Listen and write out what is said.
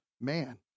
Man